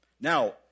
Now